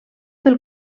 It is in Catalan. del